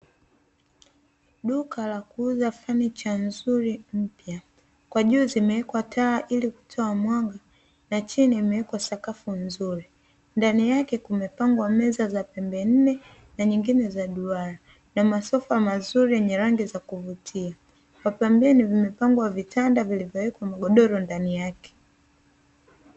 Duka la kuuza fanicha nzuri mpya, kwa juu zimewekwa taa ili kutoa mwanga na chini imewekwa sakafu nzuri, ndani yake kumepangwa meza za pembe nne na nyingine za duara na masofa mazuri yenye rangi za kuvutia kwa pembeni vimepangwa vitanda vilivyowekwa magodoro ndani yake.